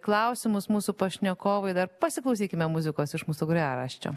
klausimus mūsų pašnekovui dar pasiklausykime muzikos iš mūsų grojaraščio